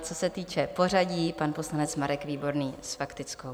Co se týče pořadí, pan poslanec Marek Výborný s faktickou.